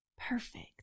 perfect